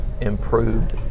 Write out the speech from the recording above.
improved